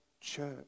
church